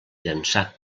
llançà